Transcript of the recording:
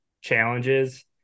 challenges